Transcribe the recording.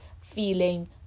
feeling